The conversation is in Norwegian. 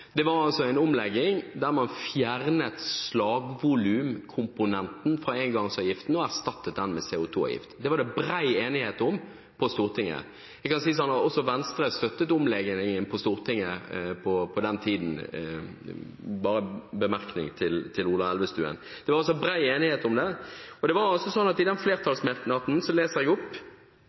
var en omlegging, der man fjernet slagvolumkomponenten fra engangsavgiften og erstattet den med CO2-avgift. Det var det bred enighet om på Stortinget. Jeg kan si at også Venstre støttet omleggingen på Stortinget på den tiden – bare som en bemerkning til Ola Elvestuen. Det var altså bred enighet om det. Og i flertallsmerknaden fra Arbeiderpartiet, SV og Senterpartiet sto det: